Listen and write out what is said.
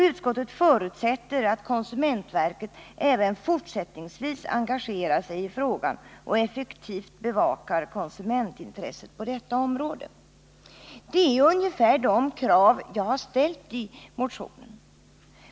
Utskottet förutsätter att konsumentverket även fortsättningsvis engagerar sig i frågan och effektivt bevakar konsumentintresset på detta område.” Det är ungefär de kraven jag har ställt i motionen.